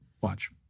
Watch